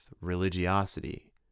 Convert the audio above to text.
religiosity